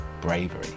bravery